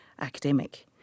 academic